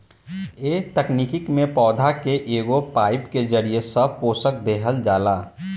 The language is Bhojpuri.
ए तकनीक में पौधा के एगो पाईप के जरिये सब पोषक देहल जाला